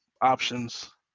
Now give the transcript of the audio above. options